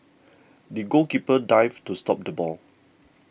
the goalkeeper dived to stop the ball